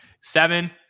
Seven